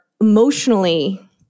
emotionally